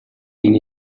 энэ